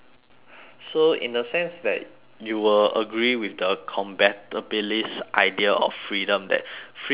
so in the sense that you will agree with the compatibilist idea of freedom that freedom is